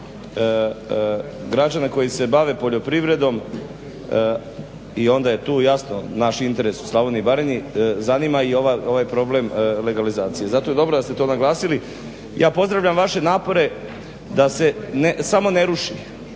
građane koji se bave poljoprivredom. I onda je tu jasno naš interes u Slavoniji i Baranji zanima i ovaj problem legalizacije. Zato je dobro da ste to naglasili. Ja pozdravljam vaše napore da se samo ne ruši,